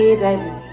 baby